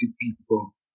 people